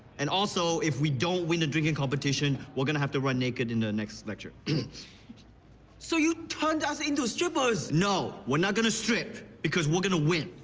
and also, if we don't win the drinking competition we're going to have to run naked in the next lecture. so you turned us into strippers? no. we're not going to strip because we're going to win.